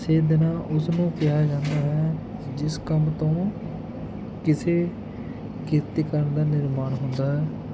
ਉਸੇ ਦਿਨਾਂ ਉਸ ਨੂੰ ਕਿਹਾ ਜਾਂਦਾ ਹੈ ਜਿਸ ਕੰਮ ਤੋਂ ਕਿਸੇ ਕਿਰਤੀ ਕਰਨ ਦਾ ਨਿਰਮਾਣ ਹੁੰਦਾ